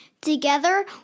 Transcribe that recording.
Together